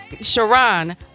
Sharon